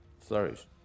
flurries